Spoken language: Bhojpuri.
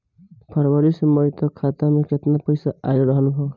फरवरी से मई तक खाता में केतना पईसा रहल ह?